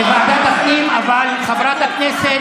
לוועדת הפנים, אבל חברת הכנסת